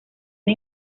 una